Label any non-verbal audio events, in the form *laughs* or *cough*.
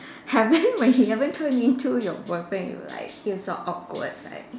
having *laughs* when he haven't turn into your boyfriend you would like feel so awkward like